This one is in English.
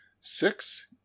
six